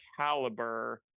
caliber